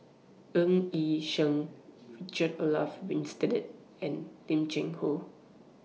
Ng Yi Sheng Richard Olaf Winstedt and Lim Cheng Hoe